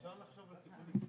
מציע שגם אתם תשקלו את זה,